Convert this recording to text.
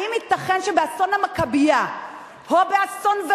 האם ייתכן שבאסון המכבייה או באסון "אולמי